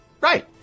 Right